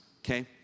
okay